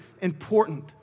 important